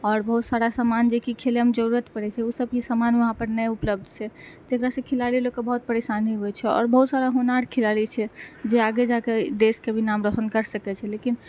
आओर बहुत सारा समान जे कि खेलैमे जरूरत पड़ै छै ओ सब भी समान वहाँपर नहि उपलब्ध छै जकरासँ खेलाड़ी लोकके बहुत परेशानी होइ छै आओर बहुत सारा होनहार खिलाड़ी छै जे आगे जाए कऽ देशके भी नाम रोशन करि सकै छै लेकिन